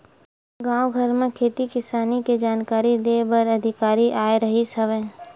गाँव घर म खेती किसानी के जानकारी दे बर अधिकारी आए रिहिस हवय